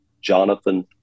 jonathan